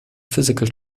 physical